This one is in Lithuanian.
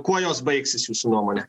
kuo jos baigsis jūsų nuomone